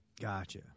Gotcha